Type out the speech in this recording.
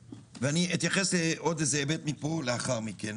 אתייחס לעוד היבט מפה לאחר מכן.